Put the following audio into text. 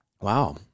Wow